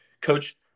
Coach